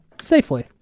safely